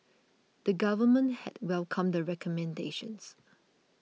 the Government had welcomed the recommendations